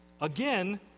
Again